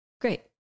Great